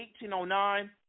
1809